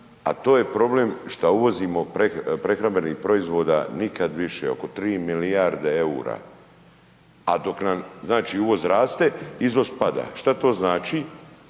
a to je problem što uvozimo prehrambene proizvoda nikada više oko 3 milijarde eura, a dok nam uvoz raste, izvoz pada. Što to znači?